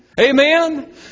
Amen